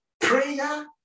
Prayer